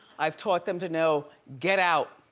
i've taught them to know, get out!